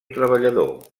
treballador